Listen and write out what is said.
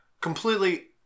completely